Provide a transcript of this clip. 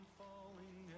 falling